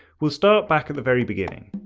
we'll start back at the very beginning.